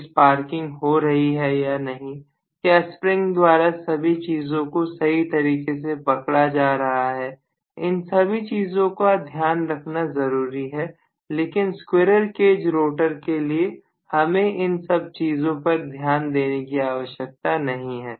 कोई स्पार्किंग हो रही है या नहीं क्या स्प्रिंग द्वारा सभी चीजों को सही तरीके से पकड़ा जा रहा है इन सभी चीजों का ध्यान रखना जरूरी है लेकिन स्क्विरल केज रोटर के लिए हमें इन सब चीजों पर ध्यान देने की आवश्यकता नहीं है